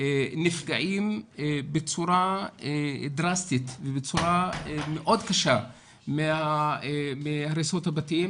נפגעים בצורה דרסטית ומאוד קשה מהריסות הבתים,